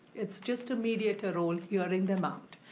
it's just a mediator role, hearing them out.